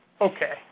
Okay